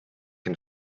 and